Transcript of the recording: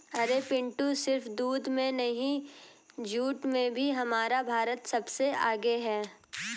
अरे पिंटू सिर्फ दूध में नहीं जूट में भी हमारा भारत सबसे आगे हैं